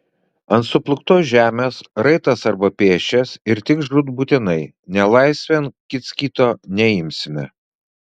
ant suplūktos žemės raitas arba pėsčias ir tik žūtbūtinai nelaisvėn kits kito neimsime